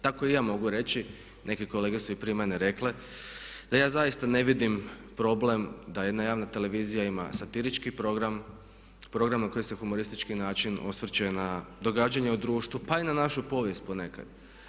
Tako i ja mogu reći neke kolege su i prije mene rekle, da ja zaista ne vidim problem da jedna javna televizija ima satirički program, program koji se na humoristički način osvrće na događanja u društvu, pa i na našu povijest ponekad.